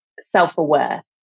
self-aware